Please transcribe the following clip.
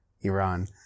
Iran